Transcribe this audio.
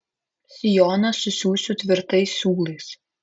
sijoną susiųsiu tvirtais siūlais